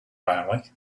finally